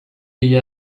bila